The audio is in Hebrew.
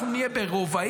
אנחנו נהיה ברובעים,